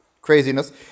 craziness